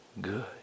good